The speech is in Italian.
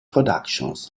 productions